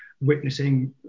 witnessing